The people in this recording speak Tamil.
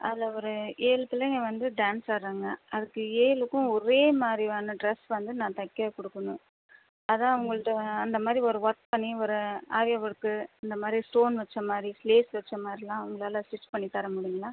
அதில் ஒரு ஏழு பிள்ளைங்கள் வந்து டான்ஸ் ஆடுறாங்க அதுக்கு ஏழுக்கும் ஒரே மாதிரி வந்து ட்ரெஸ் வந்து நான் தைக்க கொடுக்கணும் அதான் உங்கள்கிட்ட அந்த மாதிரி ஒரு ஒர்க் பண்ணி ஒரு ஆரி ஒர்க்கு இந்த மாதிரி ஸ்டோன் வச்ச மாதிரி லேஸ் வச்ச மாதிரிலாம் உங்களால் ஸ்டிச் பண்ணி தர முடியுங்ளா